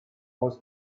was